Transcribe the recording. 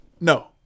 No